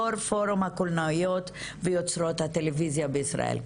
יו"ר פורום הקולנועניות ויוצרות הטלויזיה בישראל.